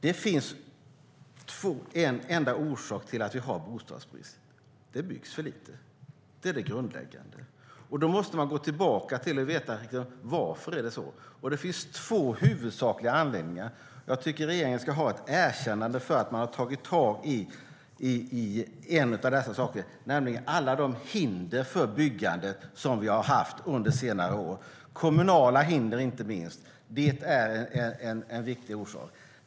Det finns en enda orsak till att vi har bostadsbrist. Det byggs för lite. Det är det grundläggande. Och då måste man gå tillbaka i tiden för att ta reda på varför det är så. Det finns två huvudsakliga anledningar. Jag tycker att regeringen ska ha ett erkännande för att man har tagit itu med alla de hinder för byggande som har funnits under senare år, inte minst kommunala hinder.